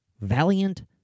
Valiant